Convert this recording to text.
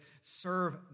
serve